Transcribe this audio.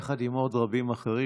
יחד עם עוד רבים אחרים,